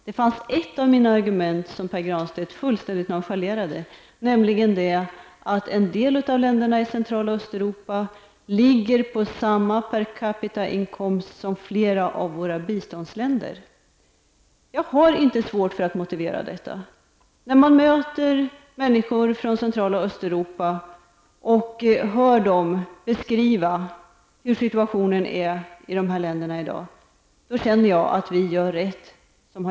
Pär Granstedt nonchalerade fullständigt ett av mina argument, nämligen att en del av länderna i Central och Östeuropa ligger på samma per capitainkomst som flera av våra biståndsländer. Jag har inte svårt för att motivera detta. När jag möter människor från Central och Östeuropa och hör dem beskriva hur situationen är i dessa länder i dag, känner jag att vi gör rätt.